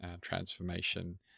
transformation